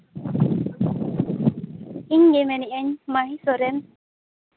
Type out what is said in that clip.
ᱤᱧ ᱜᱮ ᱢᱮᱱᱮᱫᱼᱟᱹᱧ ᱢᱟᱦᱤ ᱥᱚᱨᱮᱱ